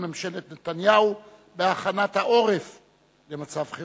ממשלת הרפובליקה